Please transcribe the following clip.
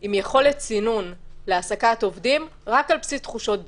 עם יכולת סינון עובדים רק על בסיס תחושות בטן.